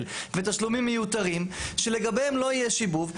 ותשלומים מיותרים שלגביהם לא יהיה שיבוב.